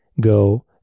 go